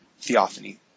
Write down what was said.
theophany